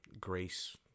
grace